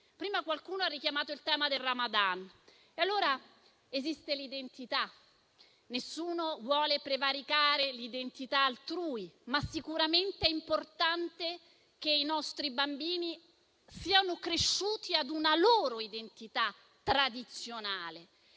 Prima qualcuno ha richiamato il tema del Ramadan. Esiste l'identità: nessuno vuole prevaricare l'identità altrui, ma sicuramente è importante che i nostri bambini siano cresciuti nella loro identità tradizionale.